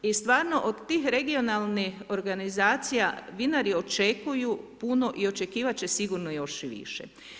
I stvarno od tih regionalnih organizacija vinari očekuju puno i očekivati će sigurno još i više.